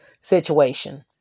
situation